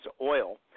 oil